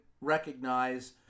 recognize